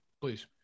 Please